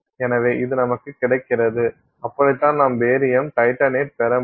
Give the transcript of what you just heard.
எனவே இது நமக்கு கிடைக்கிறது அப்படித்தான் நாம் பேரியம் டைட்டானேட் பெறமுடியும்